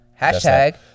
Hashtag